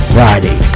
Friday